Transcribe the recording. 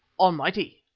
almighty!